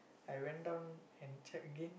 I went down and check again